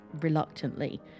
reluctantly